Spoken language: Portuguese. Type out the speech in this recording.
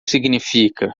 significa